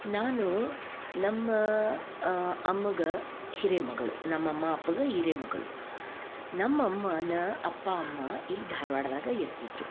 ನಾನು ನಮ್ಮ ಅಮ್ಮಗೆ ಹಿರಿಮಗಳು ನಮ್ಮ ಅಮ್ಮ ಅಪ್ಪಗ ಹಿರೆಮಗಳು ನಮ್ಮ ಅಮ್ಮನ ಅಪ್ಪ ಅಮ್ಮ ಇಲ್ಲಿ ಧಾರ್ವಾಡದಾಗ ಇರ್ತಿದ್ದರು